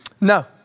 No